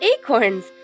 acorns